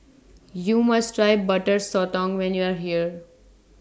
YOU must Try Butter Sotong when YOU Are here